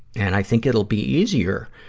and i think it'll be easier,